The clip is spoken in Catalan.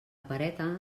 pereta